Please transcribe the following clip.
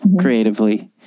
creatively